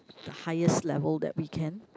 the highest level that we can